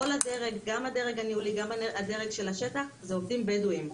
כל הדרג גם הניהולי וגם דרג השטח הם עובדים בדואים.